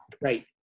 Right